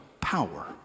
power